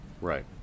Right